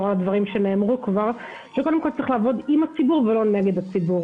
צריך לעבוד עם הציבור ולא נגד הציבור.